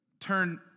turn